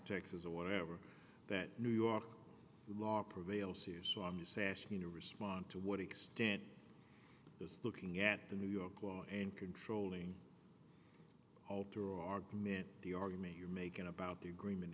texas or whatever that new york law prevails here so i'm sashing to respond to what extent this looking at the new york law and controlling all true argument the argument you're making about the agreement